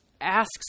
asks